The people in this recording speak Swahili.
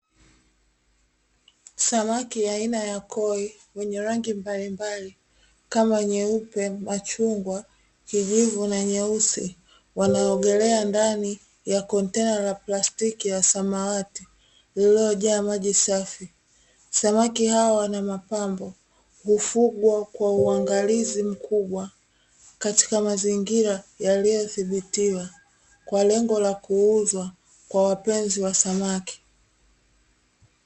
Samaki aina ya koi; wenye rangi mbalimbali kama nyeupe, machungwa, kijivu na nyeusi. Wanaogelea ndani ya kontena la plastiki ya samawati ililojaa maji safi. Samaki hao wana mapambo. Hufugwa kwa uangalizi mkubwa katika mazingira yaliyodhibitiwa, kwa lengo la kuuzwa kwa wapenzi wa samaki.